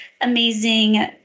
amazing